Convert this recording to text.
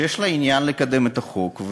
שיש לה עניין לקדם את החוק,